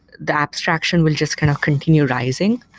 the abstraction will just kind of continue rising.